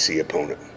opponent